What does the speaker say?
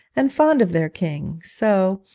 and fond of their king so,